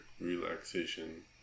Relaxation